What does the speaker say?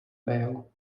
bail